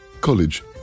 college